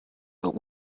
but